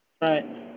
Right